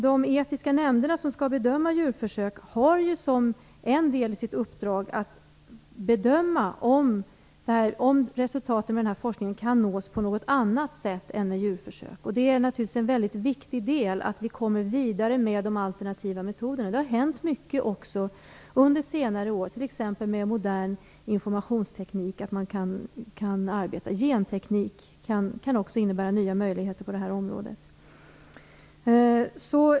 De etiska nämnderna som skall bedöma djurförsök har som en del i sitt uppdrag att bedöma om resultatet av forskningen kan nås på något annat sätt än med djurförsök. Det är naturligtvis väldigt viktigt att vi kommer vidare med de alternativa metoderna. Det har hänt mycket under senare år, t.ex. i fråga om modern informationsteknik och genteknik, som kan innebära nya möjligheter på det här området.